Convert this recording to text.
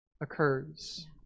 occurs